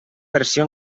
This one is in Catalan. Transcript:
versió